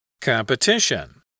Competition